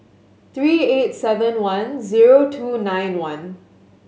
three eight seven one zero two nine one